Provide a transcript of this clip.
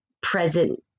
present